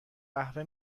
قهوه